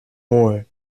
war